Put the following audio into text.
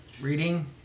reading